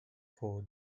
for